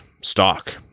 stock